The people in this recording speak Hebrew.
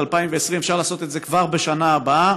2020. אפשר לעשות את זה כבר בשנה הבאה,